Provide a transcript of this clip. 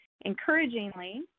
Encouragingly